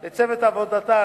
ולצוותה,